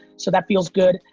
so that feels good.